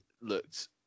looked